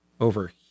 over